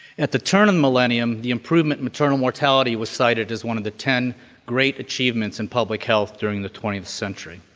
at the turn of the millennium the improvement in maternal mortality was cited as one of the ten great achievements in public health during the twentieth century.